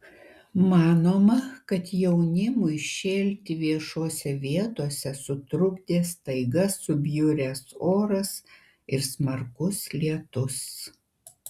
manoma kad jaunimui šėlti viešose vietose sutrukdė staiga subjuręs oras ir smarkus lietus